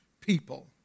people